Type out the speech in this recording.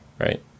right